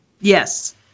Yes